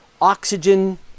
oxygen